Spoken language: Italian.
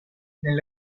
nel